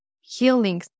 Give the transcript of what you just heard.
healing